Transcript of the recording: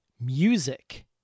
music